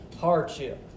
hardship